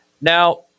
Now